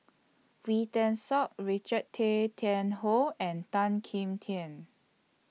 Wee Tan Siak Richard Tay Tian Hoe and Tan Kim Tian